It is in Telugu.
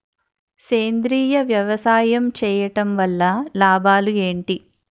సేంద్రీయ వ్యవసాయం చేయటం వల్ల లాభాలు ఏంటి?